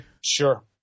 Sure